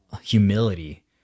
humility